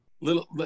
little